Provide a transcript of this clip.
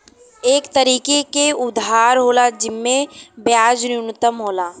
एक तरीके के उधार होला जिम्मे ब्याज न्यूनतम होला